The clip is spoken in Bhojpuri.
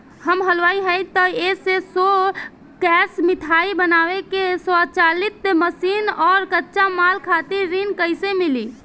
हम हलुवाई हईं त ए.सी शो कैशमिठाई बनावे के स्वचालित मशीन और कच्चा माल खातिर ऋण कइसे मिली?